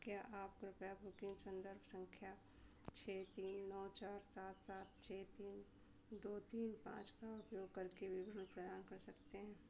क्या आप कृपया बुकिन्ग सन्दर्भ सँख्या छह तीन नौ चार सात सात छह तीन दो तीन पाँच का उपयोग करके विवरण प्रदान कर सकते हैं